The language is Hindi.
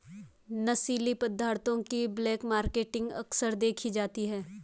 नशीली पदार्थों की ब्लैक मार्केटिंग अक्सर देखी जाती है